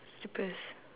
slippers